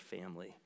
family